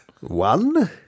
One